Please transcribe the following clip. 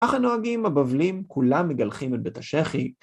אך הנוהגים, הבבלים, כולם מגלחים את בית השחי.